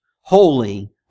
holy